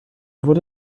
wurde